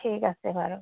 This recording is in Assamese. ঠিক আছে বাৰু